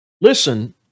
listen